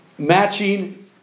Matching